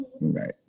right